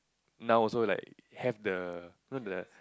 now also like have the know the